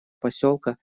поселка